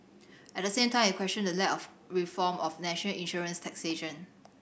at the same time it questioned the lack of reform of national insurance taxation